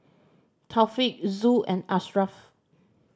Taufik Zul and Ashraf